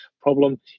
problem